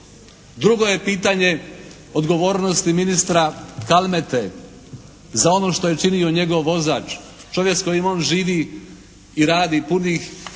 Drugo je pitanje odgovornosti ministra Kalmete za ono što je učinio njegov vozač, čovjek s kojim on živi i radi punih